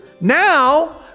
Now